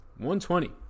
120